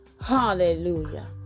Hallelujah